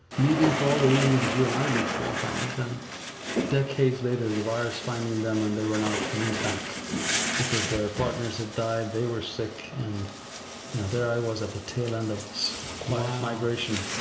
leaving for all the reasons that you and i leave small towns and decades later, the virus finding them and they were now coming back because their partners had died, they were sick, and there i was at the tail end of this quiet migration.